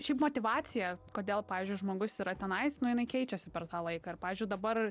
šiaip motyvacija kodėl pavyzdžiui žmogus yra tenais nu jinai keičiasi per tą laiką ir pavyzdžiui dabar